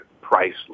priceless